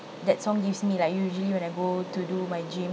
that song gives me like usually when I go to do my gym